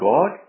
God